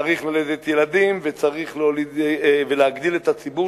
צריך ללדת ילדים וצריך להגדיל את הציבור